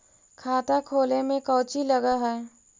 खाता खोले में कौचि लग है?